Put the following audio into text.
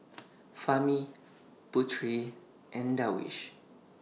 Fahmi Putri and Darwish